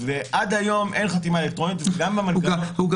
ועד היום אין חתימה אלקטרונית וגם המנגנון --- הוא גם